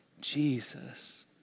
Jesus